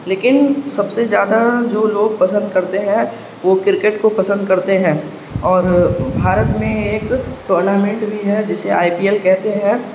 لیکن سب سے زیادہ جو لوگ پسند کرتے ہیں وہ کرکٹ کو پسند کرتے ہیں اور بھارت میں ایک ٹورنامنٹ بھی ہے جسے آئی پی ایل کہتے ہیں